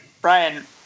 Brian